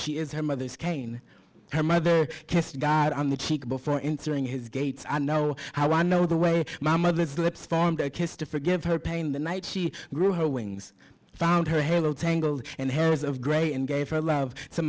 she is her mother's cane her mother kissed god on the cheek before entering his gates i know how i know the way my mother's lips formed a kiss to forgive her pain the night she grew her wings found her halo tangled and hairs of gray and gave her love to